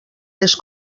les